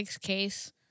case